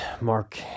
Mark